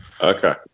Okay